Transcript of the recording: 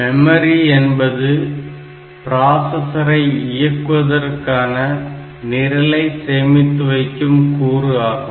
memory என்பது பிராசஸரை இயக்குவதற்கான நிரலை சேமித்து வைக்கும் கூறு ஆகும்